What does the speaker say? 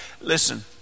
Listen